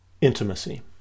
Intimacy